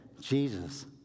Jesus